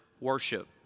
worship